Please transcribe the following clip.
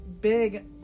big